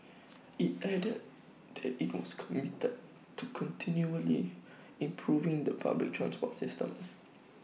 IT added that IT was committed to continually improving the public transport system